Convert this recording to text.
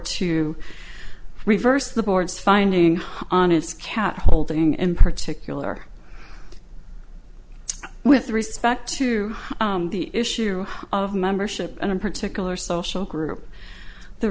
to reverse the board's finding on its cat holding in particular with respect to the issue of membership in a particular social group the